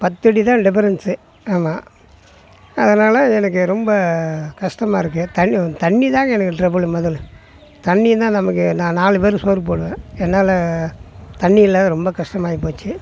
பத்தடி தான் டிபரன்ஸூ ஆமாம் அதனால் எனக்கு ரொம்ப கஷ்டமா இருக்குது தண்ணி வ தண்ணி தான் எனக்கு ட்ரபுளு முதல்ல தண்ணி தான் நமக்கு நான் நாலு பேருக்கு சோறு போடுவேன் என்னால் தண்ணி இல்லாது ரொம்ப கஷ்டமாயிப்போச்சு